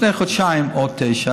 לפני חודשיים עוד 9,